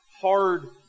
hard